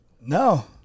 No